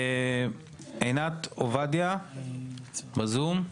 עינת עובדיה נמצאת אתנו בזום,